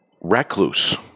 Recluse